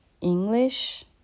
English